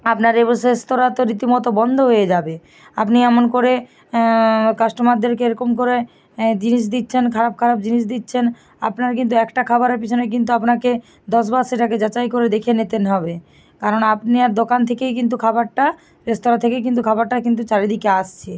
আপনার রেস্তরাঁ তো রীতিমতো বন্ধ হয়ে যাবে আপনি এমন করে কাস্টমারদেরকে এরকম করে জিনিস দিচ্ছেন খারাপ খারাপ জিনিস দিচ্ছেন আপনার কিন্তু একটা খাবারের পিছনে কিন্তু আপনাকে দশবার সেটাকে যাচাই করে দেখে নিতে হবে কারণ আপনার দোকান থেকেই কিন্তু খাবারটা রেস্তরাঁ থেকেই কিন্তু খাবারটা কিন্তু চারদিকে আসছে